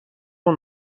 اون